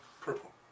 Purple